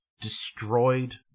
destroyed